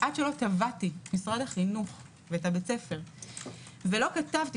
עד שלא תבעתי את משרד החינוך ואת בית הספר ולא כתבתי